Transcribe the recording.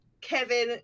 Kevin